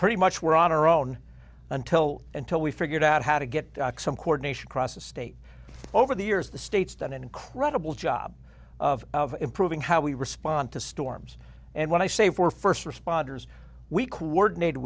pretty much were on our own until until we figured out how to get some coordination across the state over the years the state's done an incredible job of of improving how we respond to storms and when i say for first responders we coordinated